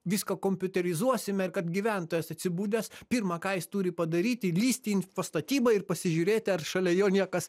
viską kompiuterizuosime ir kad gyventojas atsibudęs pirmą ką jis turi padaryti lįsti į infostatybą ir pasižiūrėti ar šalia jo niekas